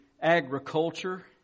agriculture